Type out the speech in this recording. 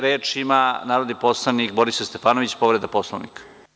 Reč ima narodni poslanik Borislav Stefanović, povreda Poslovnika.